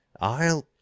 I'll—